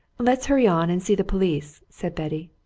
let's hurry on and see the police, said betty.